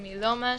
אם היא לא מאשרת,